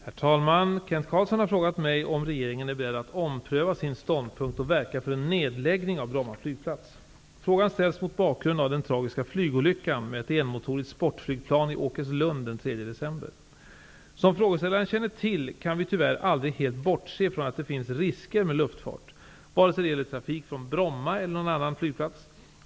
Herr talman! Kent Carlsson har frågat mig om regeringen är beredd att ompröva sin ståndpunkt och verka för en nedläggning av Bromma flygplats. Frågan ställs mot bakgrund av den tragiska flygolyckan med ett enmotorigt sportflygplan i Som frågeställaren känner till kan vi tyvärr aldrig helt bortse från att det finns risker med luftfart, vare sig det gäller trafik från Bromma eller någan annan flygplats.